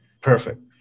Perfect